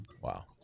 Wow